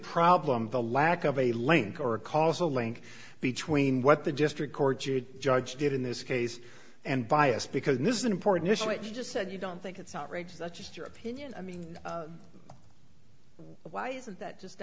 problem the lack of a link or a causal link between what the district court judge did in this case and bias because this is an important issue that you just said you don't think it's outrageous that's just your opinion i mean why isn't that just